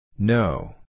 No